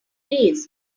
days